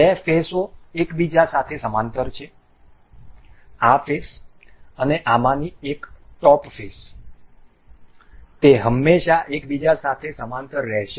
બે ફેસઓ એકબીજા સાથે સમાંતર છે આ ફેસ અને આમાંની એક ટોપ ફેસ તે હંમેશાં એકબીજા સાથે સમાંતર રહેશે